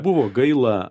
buvo gaila